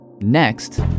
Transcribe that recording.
Next